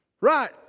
Right